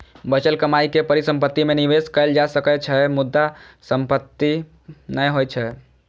बचल कमाइ के परिसंपत्ति मे निवेश कैल जा सकै छै, मुदा परिसंपत्ति नै होइ छै